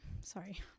Sorry